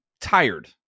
tired